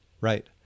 Right